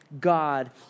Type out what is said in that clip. God